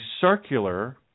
circular